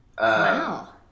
Wow